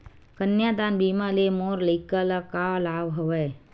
कन्यादान बीमा ले मोर लइका ल का लाभ हवय?